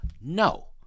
No